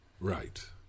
Right